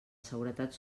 seguretat